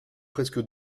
presque